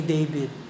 David